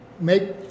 make